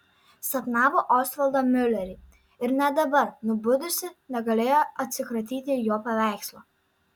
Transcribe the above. sapnavo osvaldą miulerį ir net dabar nubudusi negalėjo atsikratyti jo paveikslo